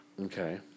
Okay